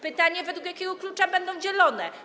Pytanie: Według jakiego klucza będą dzielone?